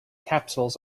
capsules